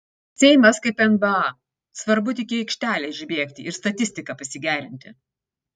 seimas kaip nba svarbu tik į aikštelę išbėgti ir statistiką pasigerinti